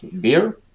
beer